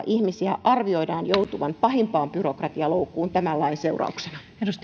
ihmisiä arvioidaan joutuvan kymmenellä miljoonalla pahimpaan byrokratialoukkuun tämän lain seurauksena